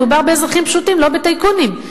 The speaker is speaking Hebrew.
מדובר באזרחים פשוטים, לא בטייקונים.